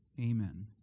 Amen